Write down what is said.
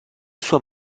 sua